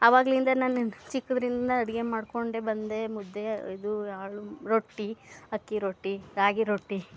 ಅವಾಗಲಿಂದ ನಾನು ಚಿಕ್ಕದ್ರಿಂದ ಅಡುಗೆ ಮಾಡಿಕೊಂಡೇ ಬಂದೆ ಮುದ್ದೆ ಇದು ಹಾಳು ರೊಟ್ಟಿ ಅಕ್ಕಿರೊಟ್ಟಿ ರಾಗಿರೊಟ್ಟಿ